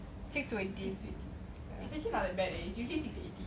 six twenty actually not that bad leh usually six already